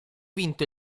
vinto